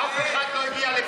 אף אחד לא הגיע לפה,